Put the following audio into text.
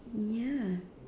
ya